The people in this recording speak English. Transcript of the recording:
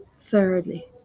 Thirdly